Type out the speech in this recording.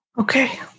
Okay